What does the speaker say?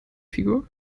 figur